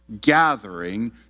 gathering